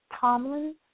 tomlin